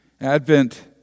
Advent